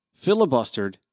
filibustered